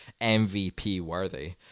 MVP-worthy